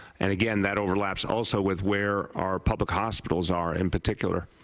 and again that overlaps also with where our public hospitals are in particular.